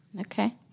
Okay